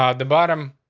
um the bottom.